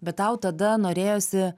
bet tau tada norėjosi